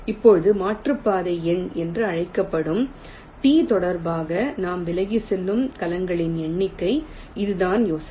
இப்போது மாற்றுப்பாதை எண் என்று அழைக்கப்படும் T தொடர்பாக நாம் விலகிச் செல்லும் கலங்களின் எண்ணிக்கை இதுதான் யோசனை